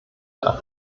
der